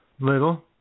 Little